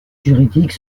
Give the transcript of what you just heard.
juridiques